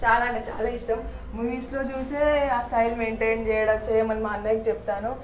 చాలా అంటే చాలా ఇష్టం మూవీస్లో చూసే ఆ స్టైల్ మెయింటైన్ చేయడం చేయమని మా అన్నయ్యకి చెప్తాను